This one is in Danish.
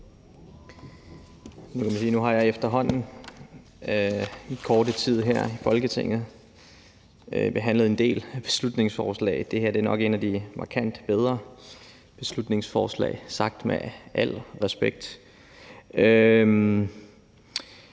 Nu har jeg efterhånden i min korte tid her i Folketinget behandlet en del beslutningsforslag, og det her er nok et af de markant bedre beslutningsforslag – sagt med al respekt.